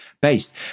based